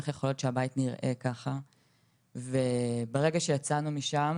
איך יכול להיות שהבית נראה ככה?.." ומהרגע שבו יצאנו משם